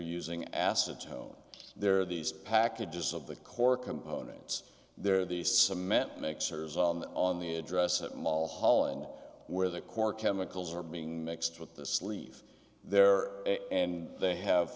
using acetone they're these packages of the core components they're the cement mixer is on the on the address at mulholland where the core chemicals are being mixed with the sleeve there and they have